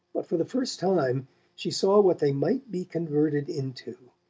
but for the first time she saw what they might be converted into,